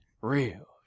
Real